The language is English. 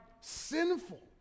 sinful